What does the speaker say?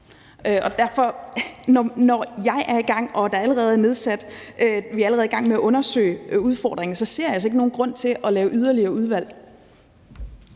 gang. Så når jeg er i gang og vi allerede er i gang med at undersøge udfordringerne, ser jeg altså ikke nogen grund til at lave yderligere udvalg.